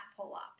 pull-up